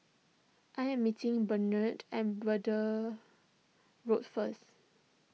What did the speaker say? I am meeting Barnett at Braddell Road first